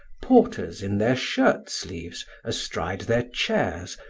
porters in their shirt-sleeves, astride their chairs,